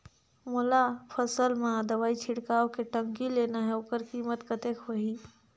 मोला फसल मां दवाई छिड़काव के टंकी लेना हे ओकर कीमत कतेक होही?